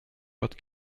but